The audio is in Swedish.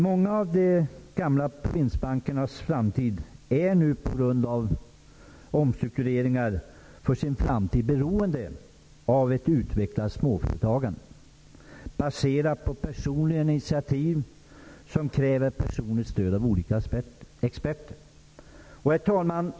Många av de gamla provinsbankernas framtid är nu på grund av omstruktureringar för sin framtid beroende av ett utvecklat småföretagande, baserat på personliga initiativ som kräver personligt stöd av olika experter. Herr talman!